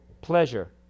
pleasure